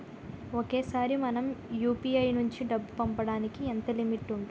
ఒకేసారి మనం యు.పి.ఐ నుంచి డబ్బు పంపడానికి ఎంత లిమిట్ ఉంటుంది?